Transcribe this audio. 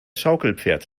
schaukelpferd